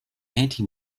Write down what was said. anti